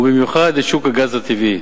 ובמיוחד את שוק הגז הטבעי.